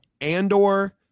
Andor